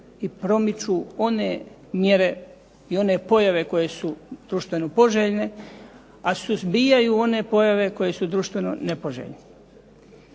i promiču one mjere i one pojave koje su društveno poželjne, a suzbijaju one pojave koje su društveno nepoželjne.